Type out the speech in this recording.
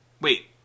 wait